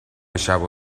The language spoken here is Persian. شبو